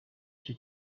icyo